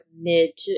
mid